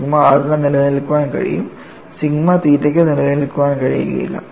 sigma r ന് നിലനിൽക്കാൻ കഴിയും സിഗ്മ തീറ്റയ്ക്ക് നിലനിൽക്കാൻ കഴിയില്ല